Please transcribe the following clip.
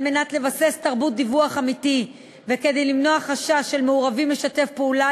מנת לבסס תרבות דיווח אמיתי וכדי למנוע חשש של המעורבים לשתף פעולה,